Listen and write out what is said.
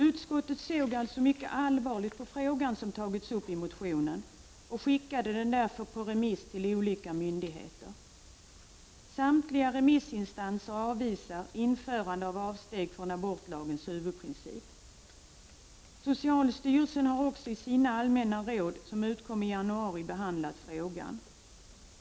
Utskottet såg alltså mycket allvarligt på frågan som tagits upp i motionen och skickade den därför på remiss till olika myndigheter. Samtliga remissinstanser avvisar införande av ett avsteg från abortlagens huvudprincip. Socialstyrelsen har också i sina allmänna råd, som utkom i januari, behandlat frågan.